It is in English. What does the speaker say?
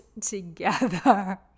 together